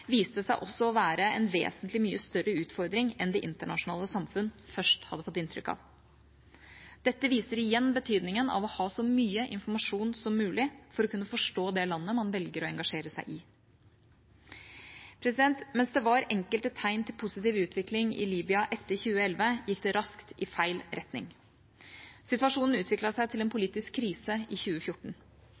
viste seg å være en vesentlig mye større utfordring enn det internasjonale samfunnet først hadde fått inntrykk av. Dette viser igjen betydningen av å ha så mye informasjon som mulig for å kunne forstå det landet man velger å engasjere seg i. Mens det var enkelte tegn til positiv utvikling i Libya etter 2011, gikk det raskt i feil retning. Situasjonen utviklet seg til en politisk krise i 2014.